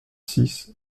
six